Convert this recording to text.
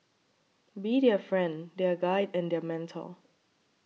be their friend their guide and their mentor